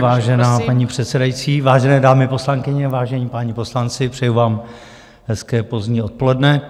Vážená paní předsedající, vážené dámy, poslankyně, vážení páni poslanci, přeji vám hezké pozdní odpoledne.